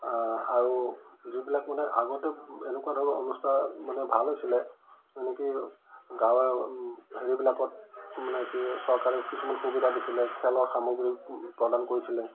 আৰু যিবিলাক মানে আগতে এনেকুৱা ধৰণৰ অনুষ্ঠা মানে ভাল হৈছিলে মানে কি গাঁৱে হেৰিবিলাকত মানে কি চৰকাৰে কিছুমান সুবিধা দিছিলে খেলৰ সামগ্ৰী প্ৰদান কৰিছিলে